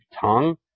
tongue